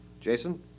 Jason